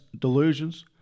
delusions